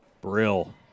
Brill